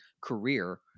career